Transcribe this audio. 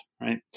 right